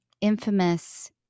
infamous